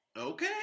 Okay